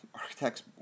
architects